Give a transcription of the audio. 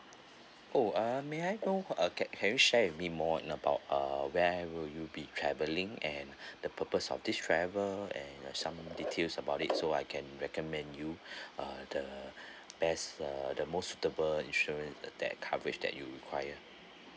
oh uh may I know err can can you share with me more in about uh where will you be travelling and the purpose of this travel and some details about it so I can recommend you uh the best uh the most suitable insurance that coverage that you require